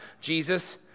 Jesus